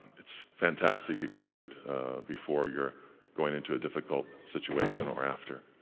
it's fantastic, you can do it before you're going into a difficult situation or after.